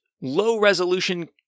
low-resolution